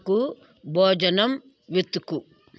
నాకు భోజనం వెతుకు